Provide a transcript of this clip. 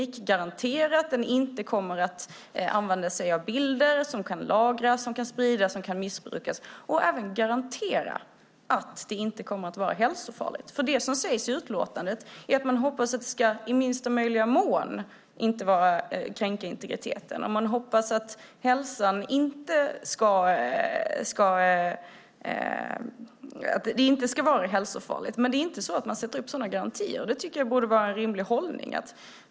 Går det att garantera att den inte kommer att använda sig av bilder som kan lagras, spridas och missbrukas och även garantera att den inte kommer att vara hälsofarlig? Det som sägs i utlåtandet är att man hoppas att den i minsta möjliga mån ska kränka integriteten och att den inte ska vara hälsofarlig. Men man ställer inte upp några garantier, och det tycker jag borde vara en rimlig hållning.